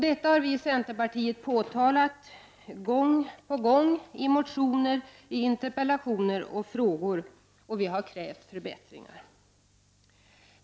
Detta har vi i centerpartiet påpekat gång på gång i motioner, i interpellationer och i frågor, och vi har krävt förbättringar.